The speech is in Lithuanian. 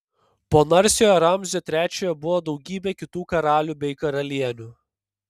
po narsiojo ramzio trečiojo buvo daugybė kitų karalių bei karalienių